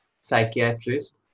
psychiatrist